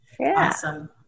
Awesome